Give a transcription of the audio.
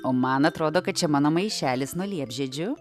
o man atrodo kad čia mano maišelis nuo liepžiedžių